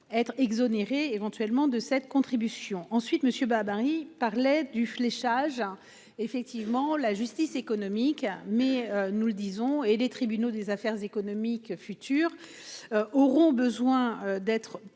Être exonérés éventuellement de cette contribution ensuite monsieur barbarie parlait du fléchage effectivement la justice économique. Mais nous le disons et les tribunaux des affaires économiques futures. Auront besoin d'être